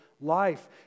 life